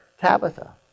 Tabitha